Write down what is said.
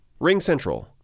RingCentral